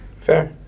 Fair